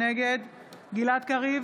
נגד גלעד קריב,